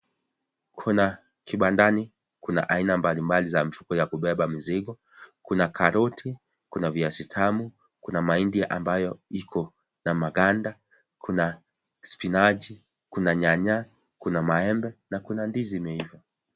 Kuna kibandani. Kuna aina mbalimbali za kubeba mizigo. Kuna karoti, kuna viazi tamu, kuna mahindi ambayo iko na maganda, kuna spinachi, kuna nyanya, kuna maembe na kuna ndizi imeiva.